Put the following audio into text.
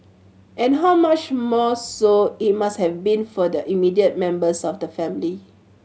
and how much more so it must have been for the immediate members of the family